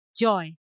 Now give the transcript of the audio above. joy